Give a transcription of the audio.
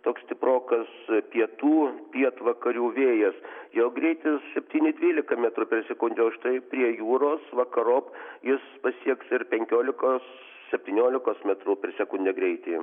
toks stiprokas pietų pietvakarių vėjas jo greitis septyni dvylika metrų per sekundę o štai prie jūros vakarop jis pasieks ir penkiolikos septyniolikos metrų per sekundę greitį